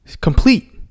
complete